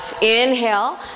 inhale